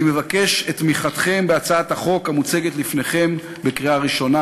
אני מבקש את תמיכתכם בהצעת החוק המוצגת לפניכם בקריאה ראשונה.